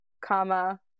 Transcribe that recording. comma